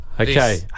Okay